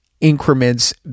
increments